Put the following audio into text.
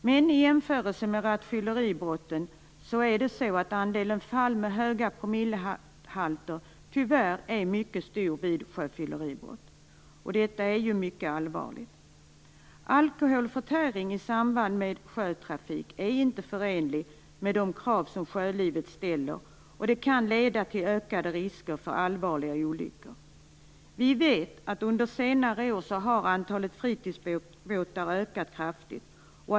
Men i jämförelse med rattfylleribrott är andelen fall med höga promillehalter tyvärr mycket stor vid sjöfylleribrott. Detta är mycket allvarligt. Alkoholförtäring i samband med sjötrafik är inte förenligt med de krav som sjölivet ställer. Det kan leda till ökade risker för allvarliga olyckor. Vi vet att under senare år har antalet fritidsbåtar ökat kraftigt.